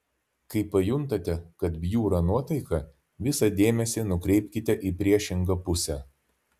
kai pajuntate kad bjūra nuotaika visą dėmesį nukreipkite į priešingą pusę